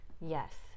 Yes